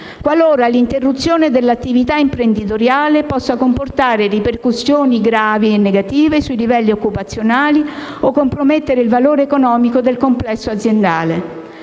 cui l'interruzione dell'attività imprenditoriale possa comportare ripercussioni gravi e negative sui livelli occupazionali, o compromettere il valore economico del complesso aziendale.